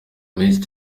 menshi